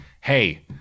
hey